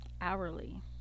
hourly